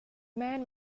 men